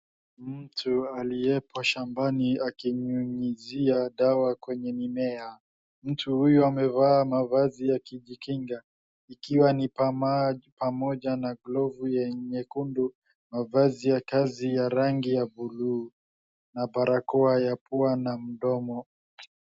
Mtu aliyepo shambani akinyunyizia dawa kwenye mimea. Mtu huyu amevaa mavazi ya kujikinga, ikiwa ni pamoja na glovu ya nyekundu, mavazi ya kazi ya rangi ya bluu na barakoa ya pua na mdomo.